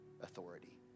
authority